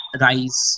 rise